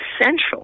essential